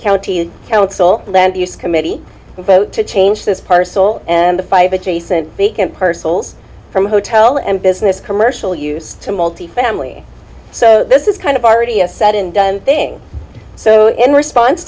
county council land use committee vote to change this parcel and the five adjacent vacant personals from hotel and business commercial use to multifamily so this is kind of already has said and done thing so in response